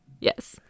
yes